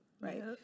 right